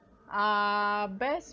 uh best